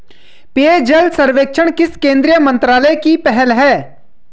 पेयजल सर्वेक्षण किस केंद्रीय मंत्रालय की पहल है?